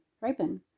ripen